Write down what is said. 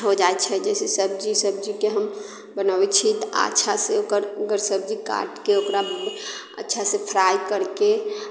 हो जाइत छै जइसे सब्जी सब्जीकेँ हम बनबैत छियै तऽ अच्छासे ओकर सब्जी काटिके ओकरा अच्छा से फ्राइ करिके